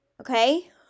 Okay